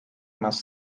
más